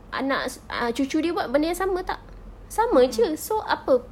anak ah cucu dia buat benda yang sama tak sama saja so apa